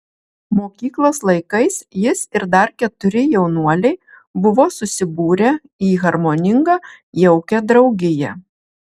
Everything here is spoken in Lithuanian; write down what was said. mokyklos laikais jis ir dar keturi jaunuoliai buvo susibūrę į harmoningą jaukią draugiją